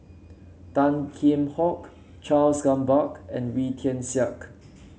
Tan Kheam Hock Charles Gamba and Wee Tian Siak